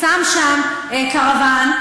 שם שם קרוון,